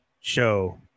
show